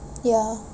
ya